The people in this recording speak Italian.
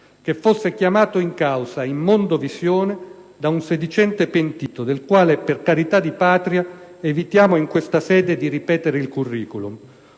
che fosse chiamato in causa in mondovisione da un sedicente pentito, del quale per carità di patria evitiamo in questa sede di ripetere il *curriculum*;